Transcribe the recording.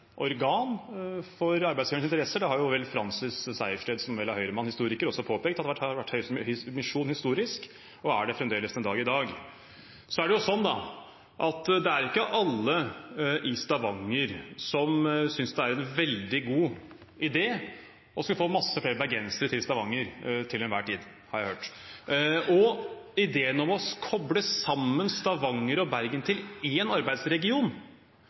organ for arbeidsgivernes interesser. Det har vel historiker Francis Sejersted – som vel var Høyre-mann – også påpekt, at det har vært Høyres misjon historisk og er det fremdeles den dag i dag. Det er ikke alle i Stavanger som synes det er en veldig god idé å skulle få mange flere bergensere til Stavanger til enhver tid, har jeg hørt. Ideen om å koble sammen Stavanger og Bergen til én arbeidsregion,